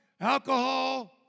alcohol